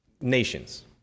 nations